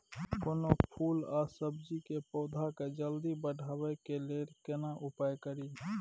कोनो फूल आ सब्जी के पौधा के जल्दी बढ़ाबै लेल केना उपाय खरी?